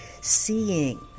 seeing